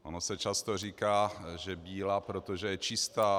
Ono se často říká, že bílá, protože je čistá.